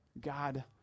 God